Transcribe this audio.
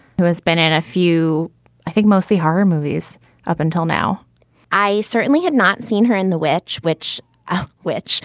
who has been in a few i think mostly horror movies up until now i certainly had not seen her in the which which which